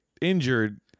injured